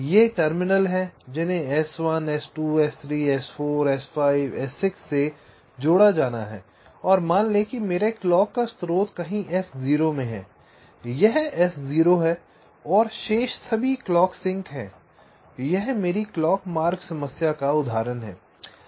ये टर्मिनल हैं जिन्हें S1 S2 S3 S4 S5 S6 से जोड़ा जाना है और मान लें कि मेरा क्लॉक का स्रोत कहीं S0 में है यह S0 है और शेष सब क्लॉक सिंक हैं यह मेरी क्लॉक मार्ग समस्या का उदाहरण है